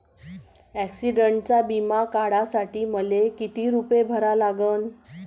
ॲक्सिडंटचा बिमा काढा साठी मले किती रूपे भरा लागन?